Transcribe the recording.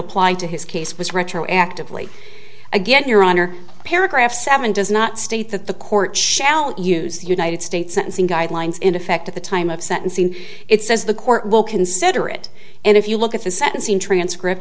apply to his case was retroactively again your honor paragraph seven does not state that the court shall use the united states sentencing guidelines in effect at the time of sentencing it says the court will consider it and if you look at the sentencing transcript